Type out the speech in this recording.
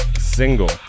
single